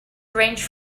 arrange